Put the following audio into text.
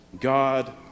God